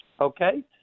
okay